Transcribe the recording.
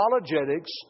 apologetics